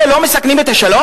אלה לא מסכנים את השלום?